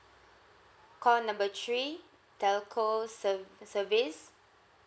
call number three telco serv~ service